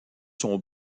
sont